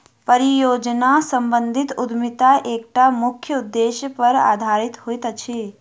परियोजना सम्बंधित उद्यमिता एकटा मुख्य उदेश्य पर आधारित होइत अछि